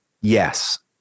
yes